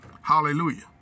Hallelujah